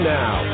now